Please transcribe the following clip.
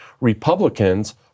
Republicans